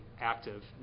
active